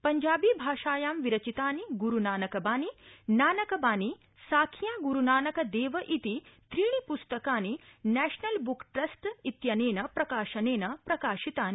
पञ्जाबी भाषायां विरचितानि ग्रुनानक बानी नानक बानी साखियां ग्रुनानक देव इति त्रीणि प्स्तकानि नेशनल बुक ट्रस्ट इत्यनेन प्रकाशनेन प्रकाशितानि